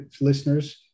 listeners